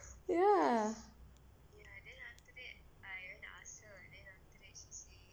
ya